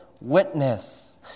witness